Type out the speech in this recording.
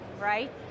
right